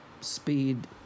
speed